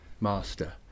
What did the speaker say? master